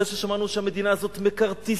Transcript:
אחרי ששמענו שהמדינה הזאת מקארתיסטית,